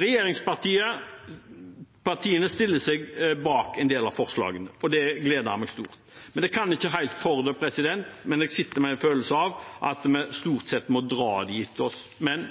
Regjeringspartiene stiller seg bak en del av forslagene, og det gleder meg stort. Jeg kan ikke helt for det, men jeg sitter med en følelse av at vi stort sett må dra dem etter oss. Men